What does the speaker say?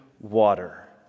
water